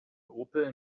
opel